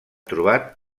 trobat